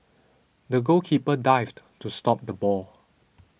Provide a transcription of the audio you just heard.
the goalkeeper dived to stop the ball